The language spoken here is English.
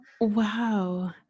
Wow